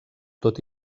tot